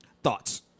Thoughts